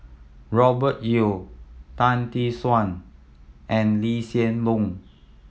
Robert Yeo Tan Tee Suan and Lee Hsien Loong